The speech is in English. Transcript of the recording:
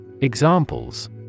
Examples